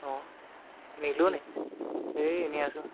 অঁ নিলোনি এই এনেই আছোঁ